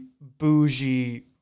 bougie